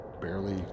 barely